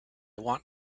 want